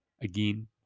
Again